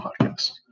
podcast